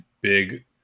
big